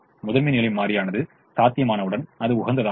முதன்மை நிலை மாறியானது சாத்தியமானவுடன் அது உகந்ததாகும்